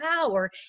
power